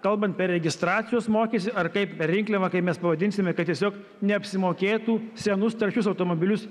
kalbant apie registracijos mokestį ar kaip rinkliavą kaip mes pavadinsime kad tiesiog neapsimokėtų senus taršius automobilius